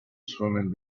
swimming